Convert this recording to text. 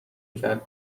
کرد